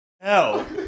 Hell